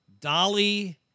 dolly